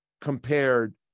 compared